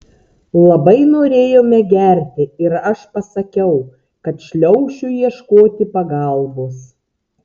labai norėjome gerti ir aš pasakiau kad šliaušiu ieškoti pagalbos